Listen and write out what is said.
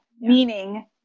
meaning